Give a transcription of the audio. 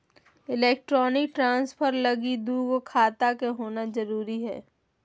electronic transfer लगी दू गो खाता के होना जरूरी हय